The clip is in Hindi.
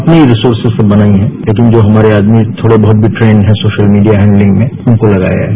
अपनी रिसोर्सेज़ से बनाई है लेकिन जो हमारे आदमी थोड़े बहुत ट्रेंड हैं सोशल मीडिया हैंबलिंग में उनको लगाया है